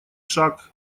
шаг